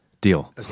deal